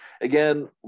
again